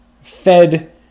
Fed